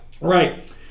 right